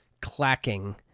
Clacking